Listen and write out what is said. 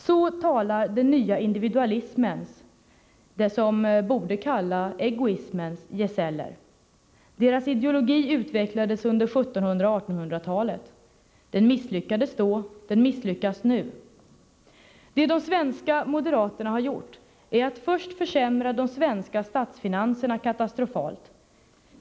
Så talar den nya individualismens — som borde kallas egoismens — gesäller. Deras ideologi utvecklades under 1700 och 1800-talen. Den misslyckades då, den misslyckas nu. Vad de svenska moderaterna gjort är att först försämra de svenska statsfinanserna katastrofalt.